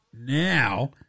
Now